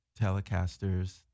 Telecasters